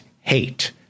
hate